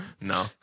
No